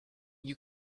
you